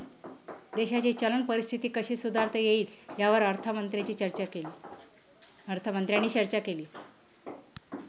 देशाची चलन परिस्थिती कशी सुधारता येईल, यावर अर्थमंत्र्यांनी चर्चा केली